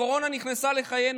הקורונה נכנסה לחיינו.